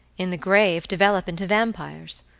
in the grave, develop into vampires.